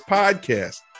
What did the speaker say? podcast